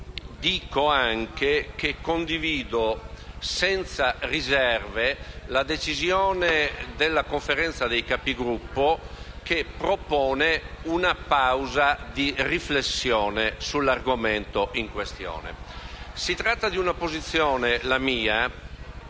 dico che condivido senza riserve la decisione della Conferenza dei Capigruppo, che propone una pausa di riflessione sull'argomento in questione. Si tratta di una posizione, la mia,